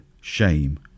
shame